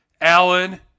Alan